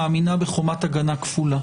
מאמינה בחומת הגנה כפולה